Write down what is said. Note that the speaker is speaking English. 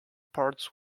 parts